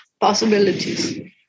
possibilities